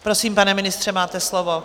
Prosím, pane ministře, máte slovo.